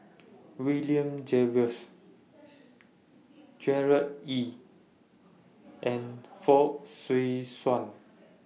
William Jervois Gerard Ee and Fong Swee Suan